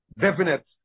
definite